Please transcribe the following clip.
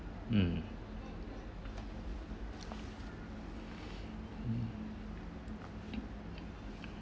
mm